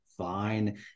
Fine